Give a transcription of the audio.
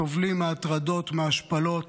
סובלים מהטרדות ומהשפלות